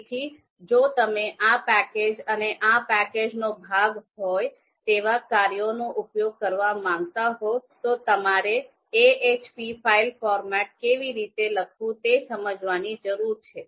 તેથી જો તમે આ પેકેજ અને આ પેકેજનો ભાગ હોય તેવા કાર્યોનો ઉપયોગ કરવા માંગતા હો તો તમારે ahp ફાઇલ ફોર્મેટ કેવી રીતે લખવું તે સમજવાની જરૂર છે